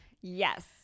Yes